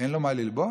אין לו מה ללבוש?